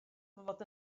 fod